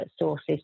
sources